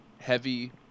heavy